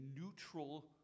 neutral